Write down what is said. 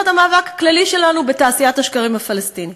המאבק הכללי שלנו בתעשיית השקרים הפלסטינית.